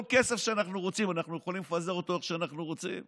כסף שאנחנו רוצים אנחנו יכולים לפזר איך שאנחנו רוצים,